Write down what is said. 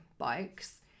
bikes